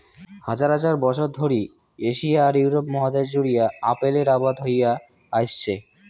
হাজার হাজার বছর ধরি এশিয়া আর ইউরোপ মহাদ্যাশ জুড়িয়া আপেলের আবাদ হয়া আইসছে